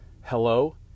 hello